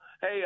Hey